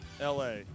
LA